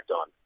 on